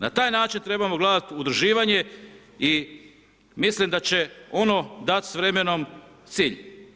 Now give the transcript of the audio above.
Na taj način trebamo gledati udruživanje i mislim da će ono dat s vremenom cilj.